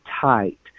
tight